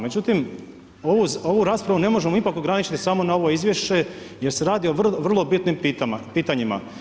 Međutim, ovu raspravu ne možemo ipak ograničiti samo na ovo izvješće jer se radi o vrlo bitnim pitanjima.